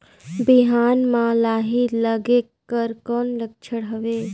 बिहान म लाही लगेक कर कौन लक्षण हवे?